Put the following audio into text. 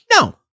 no